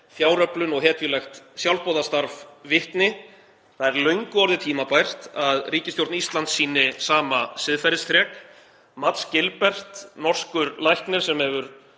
fjáröflun og hetjulegt sjálfboðastarf vitni. Það er löngu orðið tímabært að ríkisstjórn Íslands sýni sama siðferðisþrek. Mads Gilbert, norskur læknir sem hefur